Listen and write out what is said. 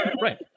Right